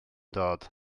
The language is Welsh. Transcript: dod